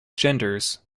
genders